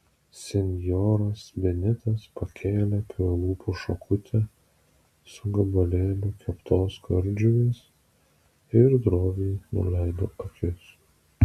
senjoras benitas pakėlė prie lūpų šakutę su gabalėliu keptos kardžuvės ir droviai nuleido akis